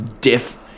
diff